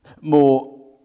More